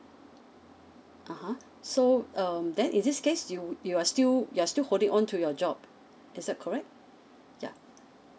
a'ah so um then in this case you you're still you're still holding on to your job is that correct yeah